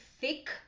thick